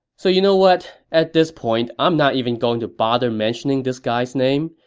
so you know what? at this point, i'm not even going to bother mentioning this guy's name,